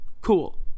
Cool